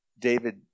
David